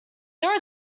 there